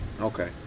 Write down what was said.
Okay